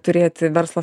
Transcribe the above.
turėti verslo